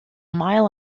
mile